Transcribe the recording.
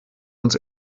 uns